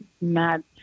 mad